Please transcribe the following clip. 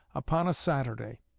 upon a saturday.